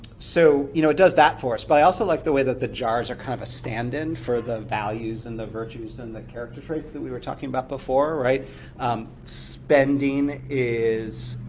so you know it does that for us, but i also like the way that the jars are kind of a stand-in for the values and the virtues and the character traits that we were talking about before. um spending is